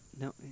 No